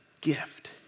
gift